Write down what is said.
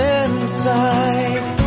inside